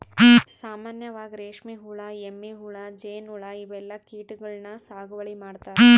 ಸಾಮಾನ್ಯವಾಗ್ ರೇಶ್ಮಿ ಹುಳಾ, ಎಮ್ಮಿ ಹುಳಾ, ಜೇನ್ಹುಳಾ ಇವೆಲ್ಲಾ ಕೀಟಗಳನ್ನ್ ಸಾಗುವಳಿ ಮಾಡ್ತಾರಾ